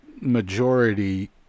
majority